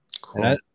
Cool